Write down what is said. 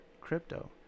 crypto